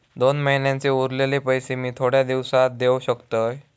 दोन महिन्यांचे उरलेले पैशे मी थोड्या दिवसा देव शकतय?